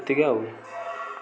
ଏତିକି ଆଉ